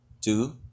Two